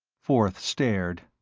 forth stared.